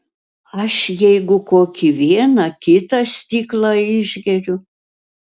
aš jeigu kokį vieną kitą stiklą išgeriu